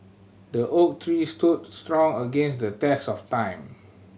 the oak tree stood strong against the test of time